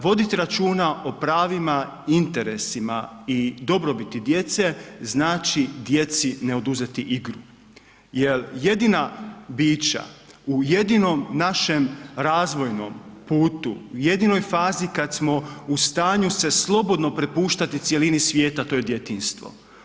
Voditi računa o pravima i interesima i dobrobiti djece, znači djeci ne oduzeti igru jer jedina bića u jedinom našem razvojnom putu, jedinoj fazi kad smo u stanju se slobodno prepuštati cjelini svijeta, to je djetinjstvo.